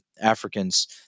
Africans